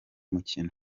mukino